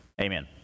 Amen